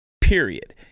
Period